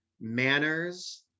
manners